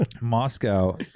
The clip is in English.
Moscow